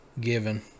given